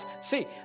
See